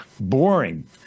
Boring